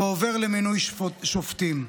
ועובר למינוי שופטים.